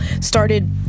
started